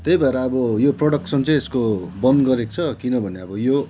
त्यही भएर अब यो प्रोडक्सन चाहिँ यसको बन्द गरेको छ किनभने अब यो